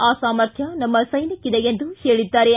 ಆ ಸಾಮರ್ಥ್ಯ ನಮ್ಮ ಸೈನ್ಯಕ್ಕಿದೆ ಎಂದು ಹೇಳಿದ್ದಾರೆ